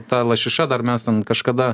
ta lašiša dar mes ten kažkada